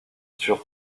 sur